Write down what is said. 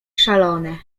szalone